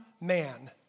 man